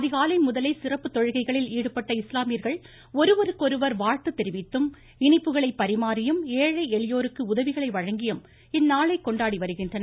அதிகாலை முதலே சிறப்பு தொழுகைகளில் ஈடுபட்ட இஸ்லாமியர்கள் ஒருவருக்கொருவர் வாழ்த்து தெரிவித்தும் இனிப்புகளை பறிமாறியும் ஏழை எளியோருக்கு உதவிகளை வழங்கியும் இந்நாளை கொண்டாடி வருகின்றனர்